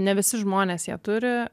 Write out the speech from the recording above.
ne visi žmonės ją turi